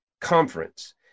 conference